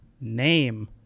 name